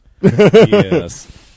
Yes